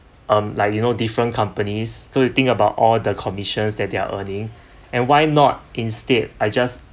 um like you know different companies so you think about all the commissions that they're earning and why not instead I just